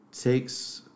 takes